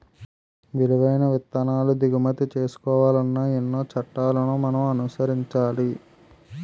విలువైన విత్తనాలు దిగుమతి చేసుకోవాలన్నా ఎన్నో చట్టాలను మనం అనుసరించాలి